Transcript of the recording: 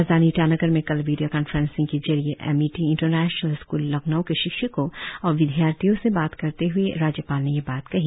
राजधानी ईटानगर से कल वीडियों कांफ्रेंसिंग के जरिए एमिटी इंटरनेशनल स्कूल लखनऊ के शिक्षकों और विद्यार्थियों से बात करते हुए राज्यपाल ने यह बात कही